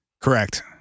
Correct